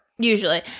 Usually